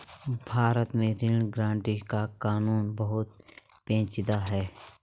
भारत में ऋण गारंटी पर कानून बहुत पेचीदा है